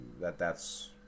that—that's